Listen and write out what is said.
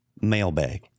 mailbag